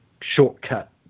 shortcut